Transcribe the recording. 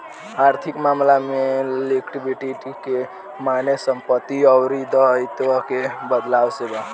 आर्थिक मामला में लिक्विडिटी के माने संपत्ति अउर दाईत्व के बदलाव से बा